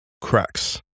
cracks